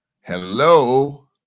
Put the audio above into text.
Hello